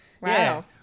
Wow